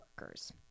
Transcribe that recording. workers